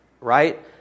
right